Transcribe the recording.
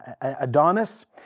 Adonis